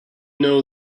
know